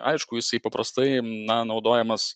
aišku jisai paprastai na naudojamas